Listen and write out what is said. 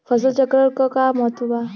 फसल चक्रण क का महत्त्व बा?